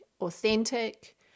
authentic